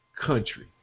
country